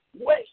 Wait